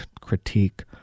critique